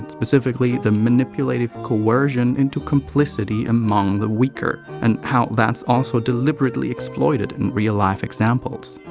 specifically the manipulative coersion into complicity among the weaker and how that's also deliberately exploited in real life examples.